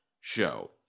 show